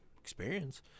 experience